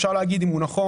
אפשר להגיד אם הוא נכון,